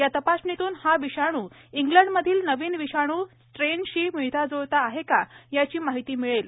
या तपासणीतून हा विषाण् इंग्लंडमधील नवीन विषाण् स्ट्रेनशी मिळताज्ळता आहे का याची माहिती मिळेल